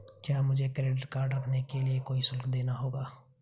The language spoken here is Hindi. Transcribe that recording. क्या मुझे क्रेडिट कार्ड रखने के लिए कोई शुल्क देना होगा?